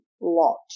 lot